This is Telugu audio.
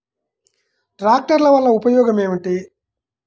ట్రాక్టర్ల వల్ల ఉపయోగం ఏమిటీ?